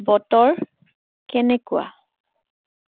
বতৰ কেনেকুৱা